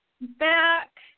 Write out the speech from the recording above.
back